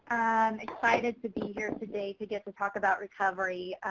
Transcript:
i'm excited to be here today to get to talk about recovery.